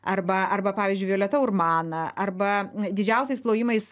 arba arba pavyzdžiui violeta urmana arba didžiausiais plojimais